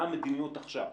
מה המדיניות עכשיו?